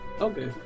Okay